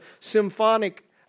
symphonic